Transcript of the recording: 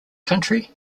country